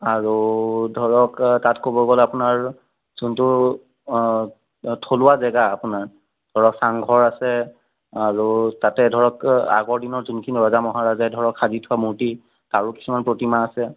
আৰু ধৰক তাত ক'ব গ'লে আপোনাৰ যোনটো থলুৱা জেগা আপোনাৰ ধৰক চাংঘৰ আছে আৰু তাতে ধৰক আগৰ দিনত যোনখিনি ৰজা মহাৰজাই ধৰক সাজি থোৱা মূৰ্তি তাৰো কিছুমান প্ৰতিমা আছে